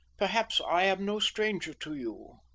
perhaps i am no stranger to you?